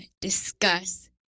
discuss